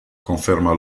conferma